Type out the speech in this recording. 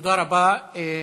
תודה רבה.